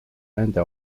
nende